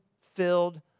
filled